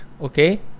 okay